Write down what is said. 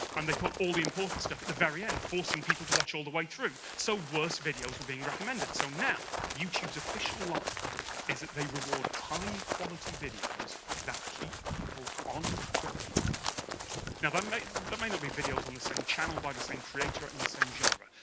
they put all the important stuff at the very end, forcing people to watch all the way through so worse videos were being recommended so now youtube's official line is that they reward high-quality videos that keep people on platform now um that may not be videos on the same channel, by the same creator, in the same genre.